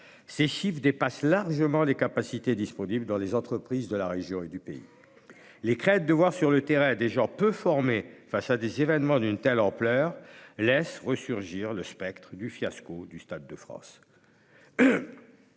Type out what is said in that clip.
Ces chiffres dépassent largement les capacités disponibles dans les entreprises de la région et du pays. La crainte de voir sur le terrain des gens peu formés intervenir dans le cadre d'événements d'une telle ampleur fait ressurgir le spectre du fiasco du Stade de France.